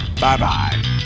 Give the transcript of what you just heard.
bye-bye